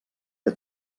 que